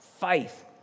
Faith